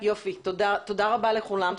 תודה רבה לכולם.